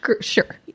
Sure